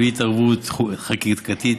בלי התערבות חקיקתית.